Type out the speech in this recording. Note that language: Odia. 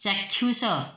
ଚାକ୍ଷୁଷ